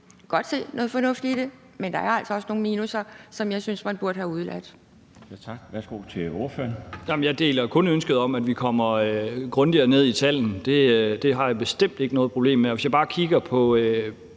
godt se noget fornuft i det, men der er altså også nogle minusser, som jeg synes man burde have udeladt.